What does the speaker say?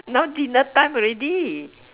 now dinner time already